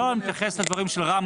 אני מתייחס לדברים של רם,